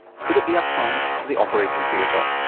could it be applied to the operating theatre?